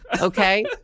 okay